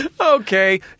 Okay